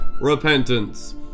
repentance